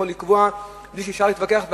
ויכול לקבוע בלי שאפשר להתווכח אתו,